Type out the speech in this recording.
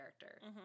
character